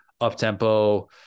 up-tempo